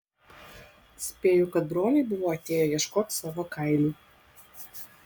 spėju kad broliai buvo atėję ieškot savo kailių